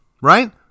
right